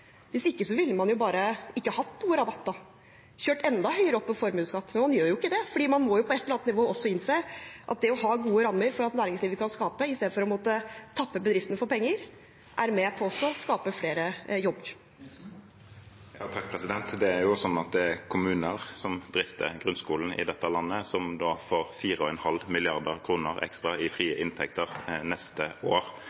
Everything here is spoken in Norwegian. hvis ikke ville man bare ikke hatt noen rabatt, kjørt enda høyere opp med formuesskatt, men man gjør ikke det, for man må på et eller annet nivå også innse at det å ha gode rammer for at næringslivet kan skape – istedenfor å måtte tappe bedriftene for penger – er med på å skape flere jobber. Det er sånn at det er kommuner som drifter grunnskolen i dette landet, som får 4,5 mrd. kr ekstra i frie